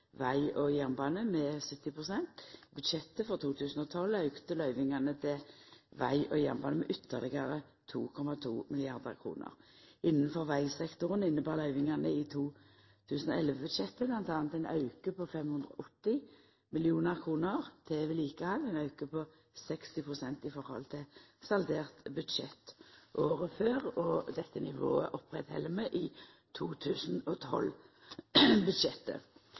veg og jernbane med 70 pst. I budsjettet for 2012 auka løyvingane til veg og jernbane med ytterlegare 2,2 mrd. kr. Innanfor vegsektoren innebar løyvingane i 2011-budsjettet bl.a. ein auke på 580 mill. kr til vedlikehald, ein auke på 60 pst. i forhold til saldert budsjett året før, og dette nivået held vi fram med i